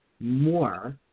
more